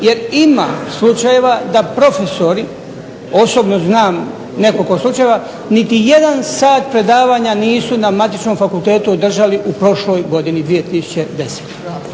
jer ima slučajeva da profesori osobno znam nekoliko slučajeva niti jedan sat predavanja nisu na matičnom fakultetu održali u prošloj godini 2010.